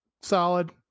solid